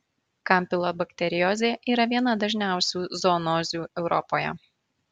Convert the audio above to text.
kampilobakteriozė yra viena dažniausių zoonozių europoje